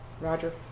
Roger